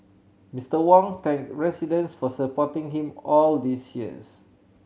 Mister Wong thanked residents for supporting him all these years